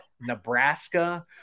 Nebraska